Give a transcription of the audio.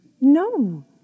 no